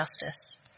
justice